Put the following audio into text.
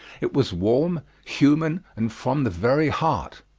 it was warm, human, and from the very heart.